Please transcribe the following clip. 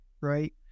right